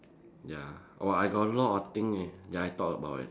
ya oh I got a lot of thing leh that I thought about eh